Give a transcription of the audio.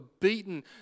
beaten